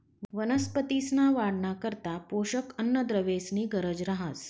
वनस्पतींसना वाढना करता पोषक अन्नद्रव्येसनी गरज रहास